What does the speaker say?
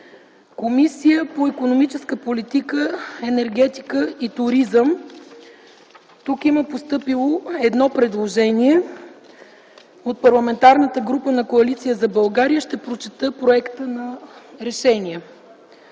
Комисия по икономическа политика, енергетика и туризъм. Тук има постъпило едно предложение от Парламентарната група на Коалиция за България. Ще прочета проекта: „Проект